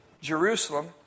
Jerusalem